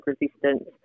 resistance